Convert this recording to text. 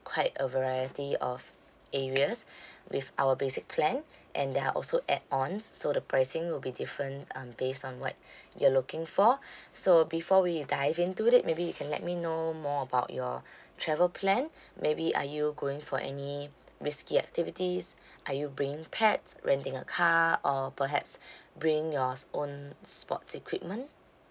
quite a variety of areas with our basic plan and there are also add-ons so the pricing will be different um based on what you're looking for so before we dive into it maybe you can let me know more about your travel plan maybe are you going for any risky activities are you bringing pets renting a car or perhaps bring yours own sports equipment